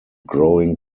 growing